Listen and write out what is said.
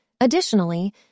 Additionally